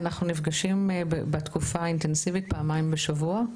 אנחנו נפגשים בתקופה האינטנסיבית פעמיים בשבוע.